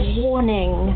warning